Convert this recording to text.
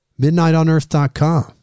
Midnightonearth.com